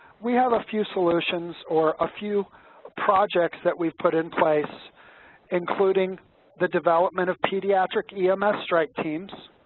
we have a few solutions or a few projects that we've put in place including the development of pediatric ems strike teams.